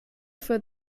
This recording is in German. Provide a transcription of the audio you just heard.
für